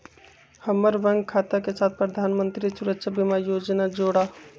हम्मर बैंक खाता के साथ प्रधानमंत्री सुरक्षा बीमा योजना जोड़ा